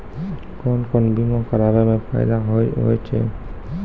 कोन कोन बीमा कराबै मे फायदा होय होय छै?